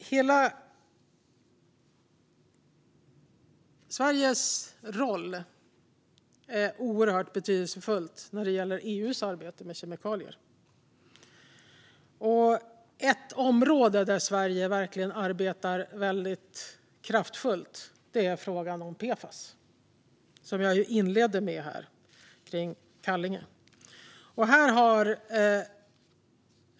Sveriges roll är oerhört betydelsefull när det gäller EU:s arbete med kemikalier. Ett område där Sverige verkligen arbetar väldigt kraftfullt gäller PFAS, som jag ju inledde med att ta upp mot bakgrund av det som skett i Kallinge.